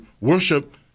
worship